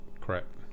Correct